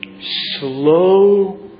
slow